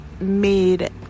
made